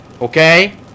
Okay